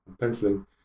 penciling